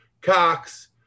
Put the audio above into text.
Cox